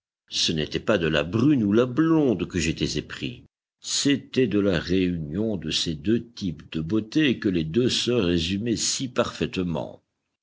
ce n'était pas de la brune ou la blonde que j'étais épris c'était de la réunion de ces deux types de beauté que les deux sœurs résumaient si parfaitement